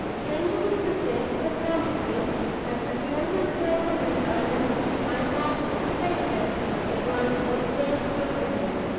changing the subject so abruptly that a closer observer than allan might have suspected it was distasteful to him.